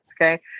okay